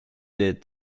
des